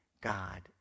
God